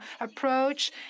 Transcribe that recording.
approach